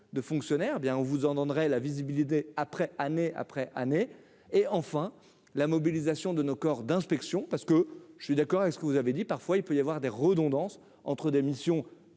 de fonctionnaires bien on vous en donnerai la visibilité après année après année et enfin la mobilisation de nos corps d'inspection, parce que je suis d'accord avec ce que vous avez dit parfois, il peut y avoir des redondances entre des missions